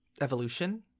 evolution